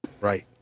Right